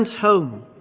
home